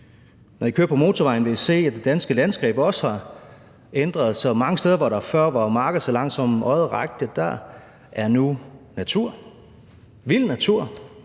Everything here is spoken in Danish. Når I kører på motorvejen, vil I se, at det danske landskab har ændret sig, så der mange steder, hvor der før var marker, så langt øjet rakte, nu er natur, vild natur,